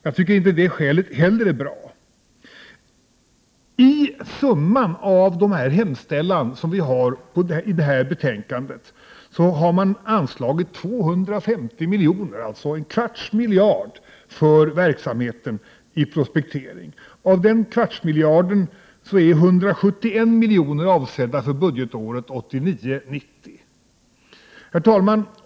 Jag tycker inte heller att det skälet är bra. I betänkandet hemställer utskottet att 250 milj.kr., alltså en kvarts miljard, skall anslås till verksamheten för prospektering. Av dessa 250 milj.kr. är 171 milj.kr. avsedda för budgetåret 1989/90. Herr talman!